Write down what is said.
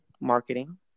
marketing